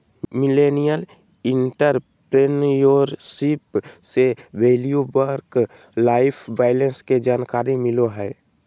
millennial entrepreneurship से value work life balance के जानकारी मिलो हय